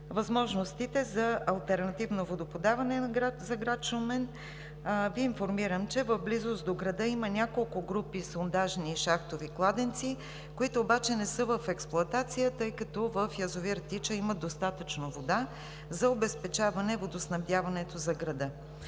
въпроса. За алтернативно водоподаване за град Шумен Ви информирам, че в близост до града има няколко групи сондажни и шахтови кладенци, които обаче не са в експлоатация, тъй като в язовир „Тича“ има достатъчно вода за обезпечаване водоснабдяването за града.